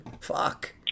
Fuck